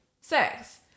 sex